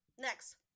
Next